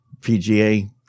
pga